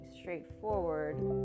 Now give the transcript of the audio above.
straightforward